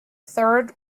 third